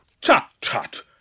tut-tut